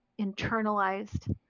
internalized